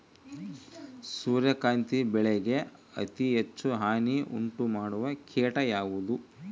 ಸೂರ್ಯಕಾಂತಿ ಬೆಳೆಗೆ ಅತೇ ಹೆಚ್ಚು ಹಾನಿ ಉಂಟು ಮಾಡುವ ಕೇಟ ಯಾವುದು?